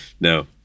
no